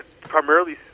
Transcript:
primarily